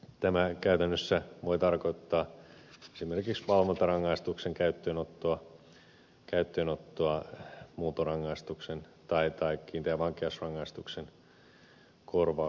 tämä käytännössä voi tarkoittaa esimerkiksi valvontarangaistuksen käyttöönottoa muuntorangaistuksen tai kiinteän vankeusrangaistuksen korvikkeena